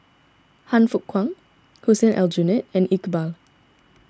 Han Fook Kwang Hussein Aljunied and Iqbal